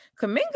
Kaminga